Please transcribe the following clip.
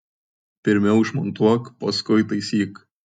pirmiau išmontuok paskui taisyk